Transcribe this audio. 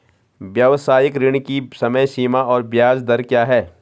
व्यावसायिक ऋण की समय सीमा और ब्याज दर क्या है?